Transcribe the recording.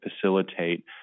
facilitate